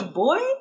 boy